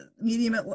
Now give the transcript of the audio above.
medium